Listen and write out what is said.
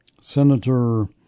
Senator